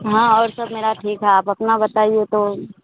हाँ और सब मेरा ठीक है आप अपना बताइए तो